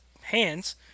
hands